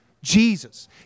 Jesus